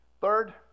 Third